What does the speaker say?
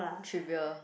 trivial